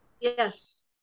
Yes